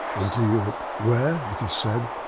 on to europe, where it is said,